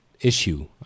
Issue